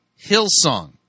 hillsong